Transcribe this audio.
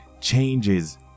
changes